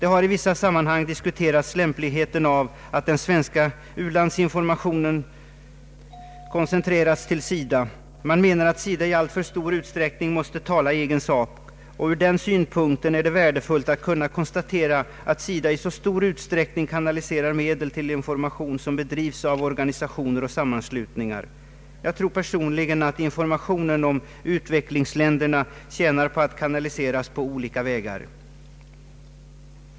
I vissa sammanhang har diskuterats lämpligheten av att den svenska u-landsinformationen har koncentrerats till SIDA. Man menar att SIDA i alltför stor utsträckning måste tala i egen sak. Ur den synpunkten är det värdefullt att konstatera att SIDA i så stor utsträckning kanaliserar medel till information som bedrivs av organisationer och sammanslutningar. Jag tror personligen att informationen om utvecklingsländerna tjänar på att kanaliseras på olika vägar.